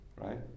right